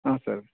ಹಾಂ ಸರ್